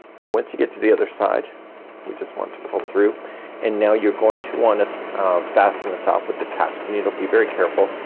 okay, once you get to the other side we just want to pull through and now you're going to wanna fasten this off with the tapestry needle. be very careful.